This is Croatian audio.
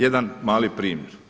Jedan mali primjer.